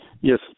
Yes